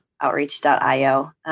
outreach.io